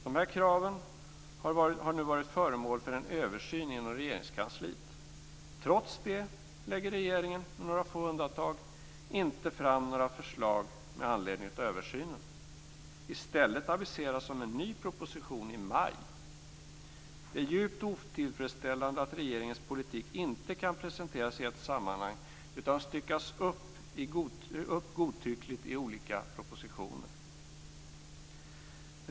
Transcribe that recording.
Dessa krav har nu varit föremål för en översyn inom Regeringskansliet. Trots det lägger regeringen, med några få undantag, inte fram några förslag med anledning av översynen. I stället aviseras en ny proposition i maj. Det är djupt otillfredsställande att regeringens politik inte kan presenteras i ett sammanhang utan styckas upp godtyckligt i olika propositioner.